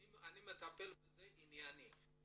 אני מטפל בזה עניינית.